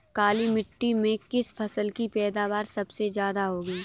काली मिट्टी में किस फसल की पैदावार सबसे ज्यादा होगी?